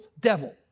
devil